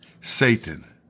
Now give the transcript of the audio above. Satan